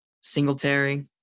Singletary